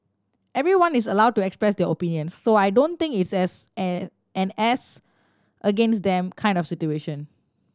everyone is allowed to express their opinions so I don't think is as an and as against them kind of situation